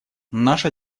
наша